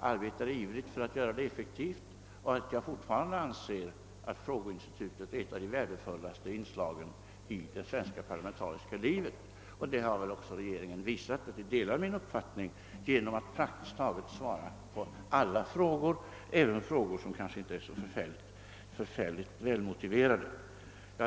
och ivrigt arbetade på att få det effektivt liksom att jag fortfarande anser att frågeinstitutet är ett av de värdefullaste inslagen i det svenska parlamentariska livet. Regeringen har också visat att den delar min uppfattning genom att svara på praktiskt taget alla frågor, även sådana som kanske inte varit särskilt väl motiverade.